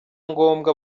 ngombwa